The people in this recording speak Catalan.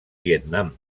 vietnam